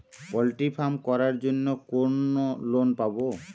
Poultry farm করার জন্য কোন লোন পাব?